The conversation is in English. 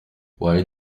why